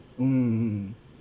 mm